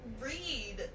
read